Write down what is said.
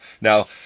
Now